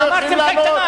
אתם יכולים לענות,